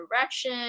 direction